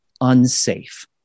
unsafe